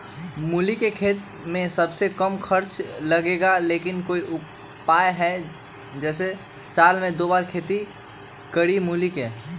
मूली के खेती में सबसे कम खर्च लगेला लेकिन कोई उपाय है कि जेसे साल में दो बार खेती करी मूली के?